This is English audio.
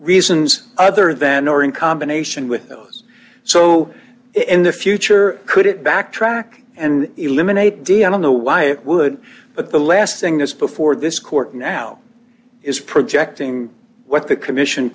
reasons other than or in combination with those so in the future could it backtrack and eliminate d i don't know why it would but the last thing this before this court now is projecting what the commission